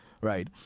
right